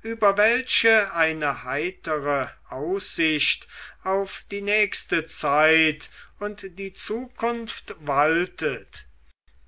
über welche eine heitere aussicht auf die nächste zeit und die zukunft waltet